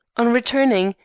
on returning,